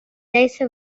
ليس